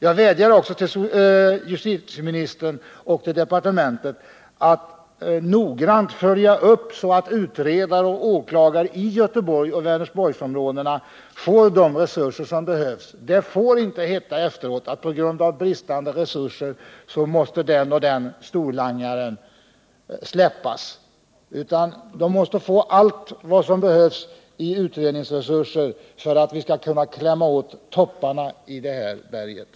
Jag vädjar också till justitieministern och till justitiedepartementet att noggrant följa upp att utredare och åklagare i Göteborgsoch Vänersborgsområdena får de resurser som behövs. Det får inte i efterhand kunna göras gällande att man på grund av bristande resurser varit tvungen att släppa olika storlangare. Myndigheterna måste få allt vad som behövs i form av utredningsresurser för att vi skall kunna klämma åt topparna inom denna hantering.